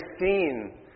seen